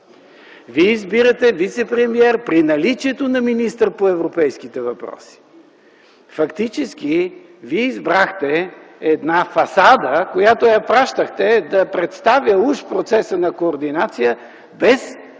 Вие избирате вицепремиер при наличието на министър по европейските въпроси. Фактически вие избрахте една фасада, която пращахте да представя уж процеса на координация, без